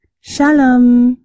Shalom